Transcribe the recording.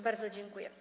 Bardzo dziękuję.